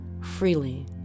freely